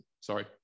sorry